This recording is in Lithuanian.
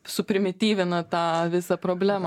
suprimityvina tą visą problemą